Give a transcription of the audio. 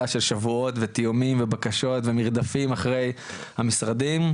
של שבועות ותאומים ומרדפים אחרי המשרדים,